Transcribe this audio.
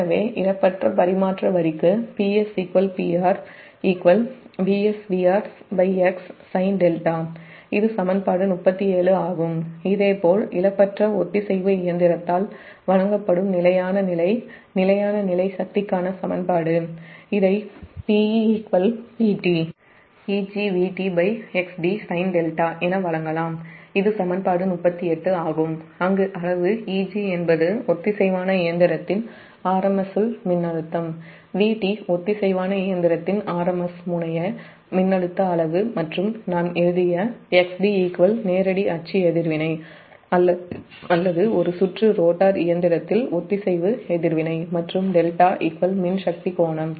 எனவே இழப்பற்ற பரிமாற்ற வரிக்கு PSPR|VS||VR|xsin𝛿 இது சமன்பாடு 37 ஆகும் இதேபோல் இழப்பற்ற ஒத்திசைவு இயந்திரத்தால் வழங்கப் படும் நிலையான நிலை சக்திக்கான சமன்பாடும் இதை Pe Pt then |Eg|then|Vt|xd sin𝛿 என வழங்கலாம் இது சமன்பாடு 38 ஆகும் அங்கு |𝑬𝒈| அளவு என்பது ஒத்திசைவான இயந்திரத்தின் rms உள் மின்னழுத்தம் |𝑽𝒕| ஒத்திசைவான இயந்திரத்தின் rms முனைய மின்னழுத்த அளவு மற்றும் நான் எழுதிய xd நேரடி அச்சு எதிர்வினை அல்லது ஒரு சுற்று ரோட்டார் இயந்திரத்தில் ஒத்திசைவு எதிர்வினை மற்றும் δ மின் சக்தி கோணம்